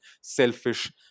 selfish